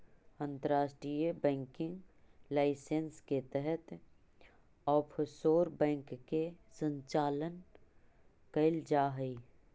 अंतर्राष्ट्रीय banking licence के तहत ऑफशोर बैंक के संचालन कैल जा हइ